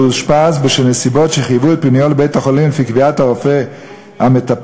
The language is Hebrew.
אושפז בשל נסיבות שחייבו את פינויו לבית-החולים לפי קביעת הרופא המטפל,